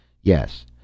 Yes